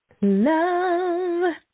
Love